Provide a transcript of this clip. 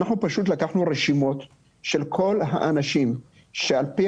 לקחנו רשימות של כל האנשים שעל פי